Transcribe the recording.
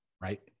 Right